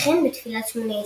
וכן בתפילת שמונה עשרה.